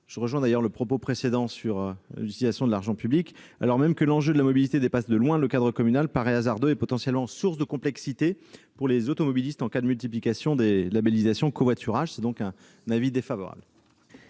je réitère d'ailleurs mon propos précédent sur l'utilisation de l'argent public -, alors même que l'enjeu de la mobilité dépasse de loin le cadre communal, paraît hasardeux et source potentielle de complexité pour les automobilistes, en cas de multiplication des labellisations « covoiturage ». Avis défavorable,